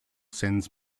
sends